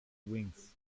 wings